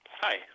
Hi